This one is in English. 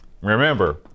Remember